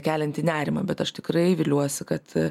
kelianti nerimą bet aš tikrai viliuosi kad